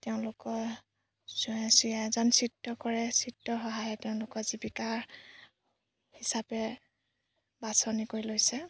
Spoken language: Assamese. তেওঁলোকৰ চ এজন চিত্ৰকাৰে চিত্ৰ সহায়ে তেওঁলোকৰ জীৱিকাৰ হিচাপে বাছনি কৰি লৈছে